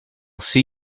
see